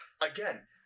again